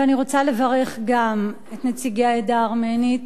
ואני רוצה לברך גם את נציגי העדה הארמנית,